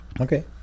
Okay